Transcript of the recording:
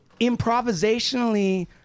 improvisationally